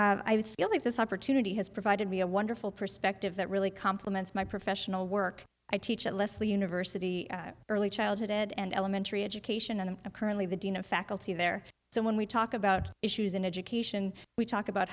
community feel that this opportunity has provided me a wonderful perspective that really compliments my professional work i teach at lesley university early childhood and elementary education and currently the dean of faculty there so when we talk about issues in education we talk about